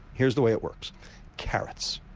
here's the way it works carrots,